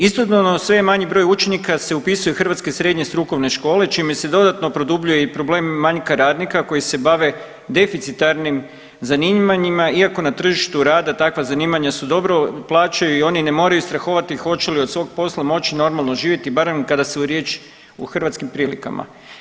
Istodobno sve manji broj učenika se upisuje u hrvatske srednje strukovne škole čime se dodatno produbljuje i problem manjka radnika koji se bave deficitarnim zanimanjima iako na tržištu rada takva zanimanja se dobro plaćaju i oni ne moraju strahovati hoće li od svog posla moći normalno živjeti barem kada se u riječ u hrvatskim prilikama.